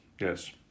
yes